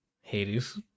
hades